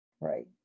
Right